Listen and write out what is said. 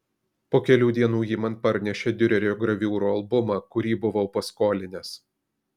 po kelių dienų ji man parnešė diurerio graviūrų albumą kurį buvau paskolinęs